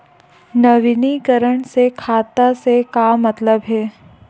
नवीनीकरण से खाता से का मतलब हे?